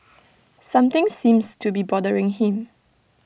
something seems to be bothering him